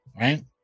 right